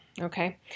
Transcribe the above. Okay